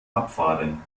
abfahren